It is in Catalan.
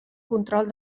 control